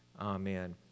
Amen